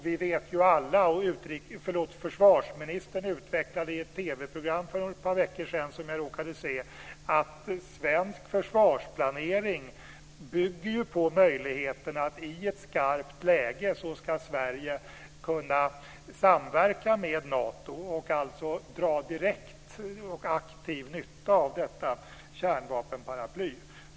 Vi vet ju alla, och försvarsministern utvecklade detta för ett par veckor sedan i ett TV-program som jag råkade se, att svensk försvarsplanering bygger på möjligheten att Sverige i ett skarpt läge ska kunna samverka med Nato och alltså dra direkt och aktiv nytta av detta kärnvapenparaply.